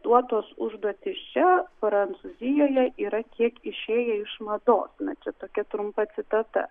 duotos užduotys čia prancūzijoje yra kiek išėję iš mados na čia tokia trumpa citata